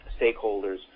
stakeholders